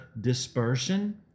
dispersion